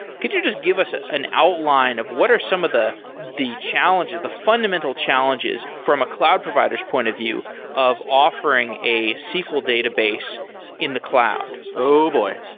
could you just give us ah an outline of what are some of the the challenges, the fundamental challenges, from a cloud provider's point of view of offering a sql database in the cloud? oh boy!